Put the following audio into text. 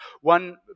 one